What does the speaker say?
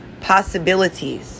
possibilities